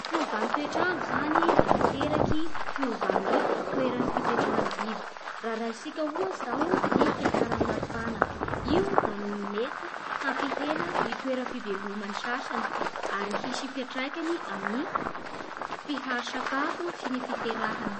Fiovan'ny toetr'andro zany da miteraky fiovan'ny toeran'ny fipetrahan'ny biby. Raha raisintsika ohatsy izao ny fiakaran'ny maripana. Io da mety hampihena ny toera fiveloman'ny sasany ary hisy fiantraikany amin'ny fihary sakafo sy ny fiterahagna.